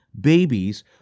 Babies